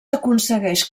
aconsegueix